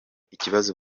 ikibazo